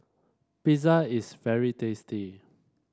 pizza is very tasty